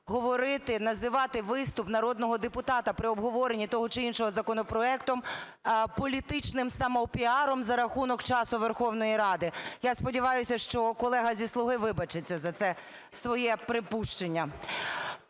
говорити, називати виступ народного депутата при обговоренні того чи іншого законопроекту політичним самопіаром за рахунок часу Верховної Ради. Я сподіваюся, що колега зі "слуги" вибачиться за це своє припущення.